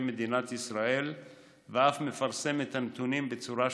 מדינת ישראל ואף מפרסם את הנתונים בצורה שוטפת.